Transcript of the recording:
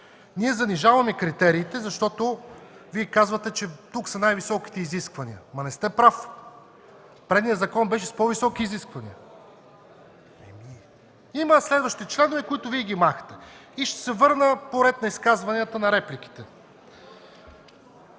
Ние занижаваме критериите, защото Вие казвате, че тук са най-високите изисквания, но не сте прав. Предният закон беше с по-високи изисквания. Има следващи членове, които Вие махате. Ще се върна по реда на изказванията на репликите.